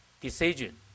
decision